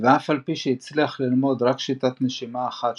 ואף על פי שהצליח ללמוד רק שיטת נשימה אחת,